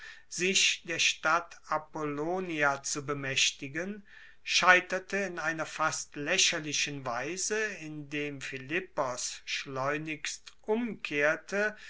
sich der stadt apollonia zu bemaechtigen scheiterte in einer fast laecherlichen weise indem philippos schleunigst umkehrte